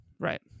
right